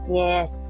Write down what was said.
yes